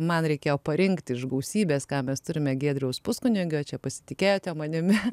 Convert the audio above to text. man reikėjo parinkti iš gausybės ką mes turime giedriaus puskunigio čia pasitikėjote manimi